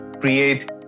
create